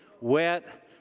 wet